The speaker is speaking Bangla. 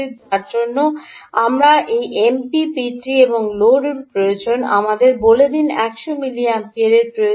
যার জন্য আপনার এই এমপিপিটি এবং লোড প্রয়োজন আমাদের বলে দিন যে 100 মিলিঅ্যাম্পিয়ারের প্রয়োজন